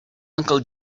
uncle